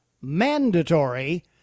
mandatory